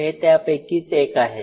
हे त्यापैकीच एक आहे